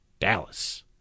Dallas